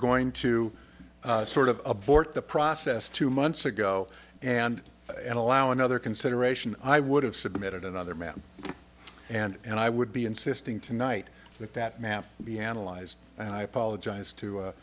going to sort of abort the process two months ago and and allow another consideration i would have submitted another man and i would be insisting tonight that that map be analyzed and i apologize to